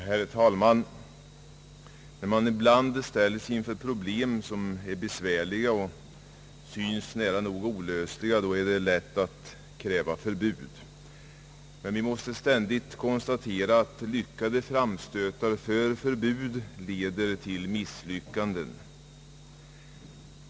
Herr talman! Då vi ibland ställs inför problem som är besvärliga och syns nära nog olösliga är det lätt att kräva förbud, men vi måste ständigt konstatera att lyckade framstötar för förbud leder till misslyckande.